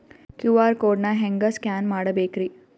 QR code ನಾ ಹೆಂಗ scan ಮಾಡಬೇಕ್ರಿ?